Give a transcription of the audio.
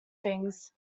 things